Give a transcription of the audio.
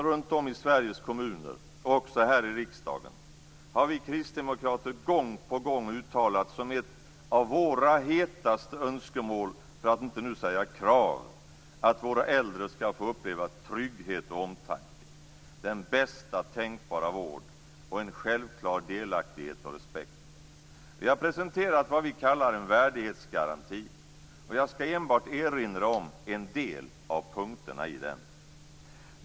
Runt om i Sveriges kommuner och också här i riksdagen har vi kristdemokrater gång på gång uttalat som ett av våra hetaste önskemål, för att nu inte säga krav, att våra äldre skall få uppleva trygghet och omtanke, den bästa tänkbara vård och en självklar delaktighet och respekt. Vi har presenterat vad vi kallar en värdighetsgaranti. Jag skall enbart erinra om en del av punkterna i den.